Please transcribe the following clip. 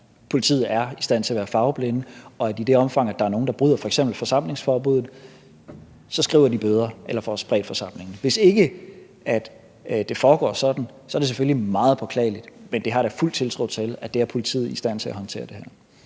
at politiet er i stand til at være farveblinde, og at de i det omfang, der er nogen, der bryder f.eks. forsamlingsforbuddet, så skriver bøder eller får spredt forsamlingen. Hvis ikke det foregår sådan, er det selvfølgelig meget beklageligt, men jeg har da fuld tiltro til, at politiet er i stand til at håndtere det her.